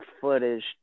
footage